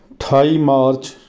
ਅਠਾਈ ਮਾਰਚ